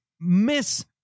miss